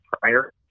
prior